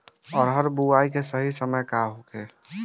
अरहर बुआई के सही समय का होखे?